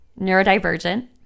NeuroDivergent